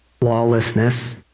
lawlessness